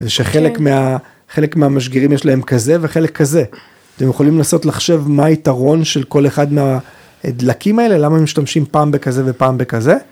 זה שחלק מהמשגרים יש להם כזה וחלק כזה, אתם יכולים לנסות לחשב מה היתרון של כל אחד מדלקים האלה, למה משתמשים פעם בכזה ופעם בכזה?